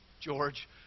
George